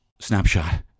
snapshot